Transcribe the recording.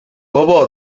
بابا